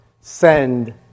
Send